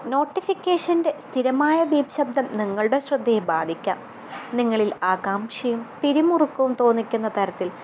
നോട്ടിഫിക്കേഷന്റെ സ്ഥിരമായ ബീപ്പ് ശബ്ദം നിങ്ങളുടെ ശ്രദ്ധയെ ബാധിക്കാം നിങ്ങളിൽ ആകാംക്ഷയും പിരിമുറുക്കവും തോന്നിക്കുന്ന തരത്തിൽ